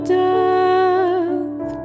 death